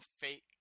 fake